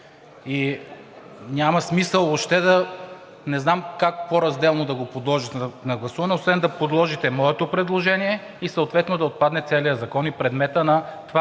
и няма смисъл въобще да... Не знам как разделно да го подложите на гласуване, освен да подложите моето предложение и съответно да отпадне целият закон и предметът на това